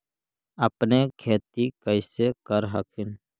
अपने खेती कैसे कर हखिन?